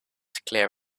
clear